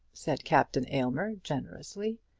said captain aylmer, generously.